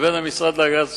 ובין המשרד להגנת הסביבה,